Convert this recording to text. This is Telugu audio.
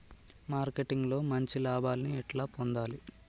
మార్కెటింగ్ లో మంచి లాభాల్ని ఎట్లా పొందాలి?